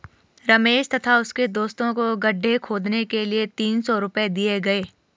रमेश तथा उसके दोस्तों को गड्ढे खोदने के लिए तीन सौ रूपये दिए गए